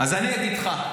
אז אני אגיד לך.